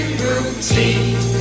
routine